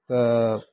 तऽ